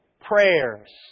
Prayers